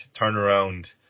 turnaround